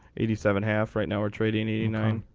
eighty seven half right now we're trading eighty nine.